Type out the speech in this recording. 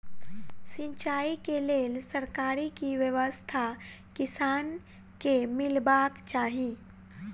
सिंचाई केँ लेल सरकारी की व्यवस्था किसान केँ मीलबाक चाहि?